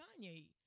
Kanye